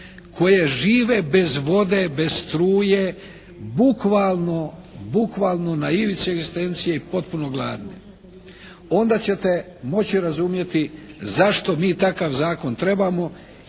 koje žive bez vode, bez struje, bukvalno na ivici bez egzistencije i potpuno gladne. Onda ćete moći razumjeti zašto mi takav zakon trebamo,